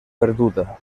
perduda